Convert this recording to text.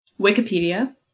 Wikipedia